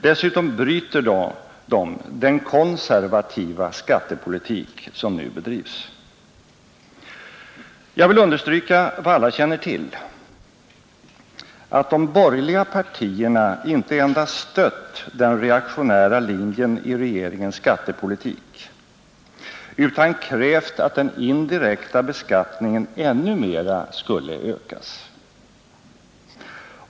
Dessutom bryter de den konservativa skattepolitik som nu bedrivs. Jag vill understryka vad alla känner till — att de borgerliga partierna inte endast stött den reaktionära linjen i regeringens skattepolitik, utan också krävt att den indirekta beskattningen ännu mera skulle ökas.